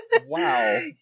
wow